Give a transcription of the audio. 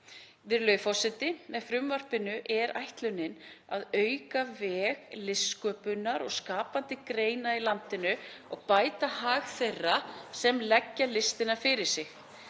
Virðulegur forseti. Með frumvarpinu er ætlunin að auka veg listsköpunar og skapandi greina í landinu og bæta hag þeirra sem leggja listina fyrir sig.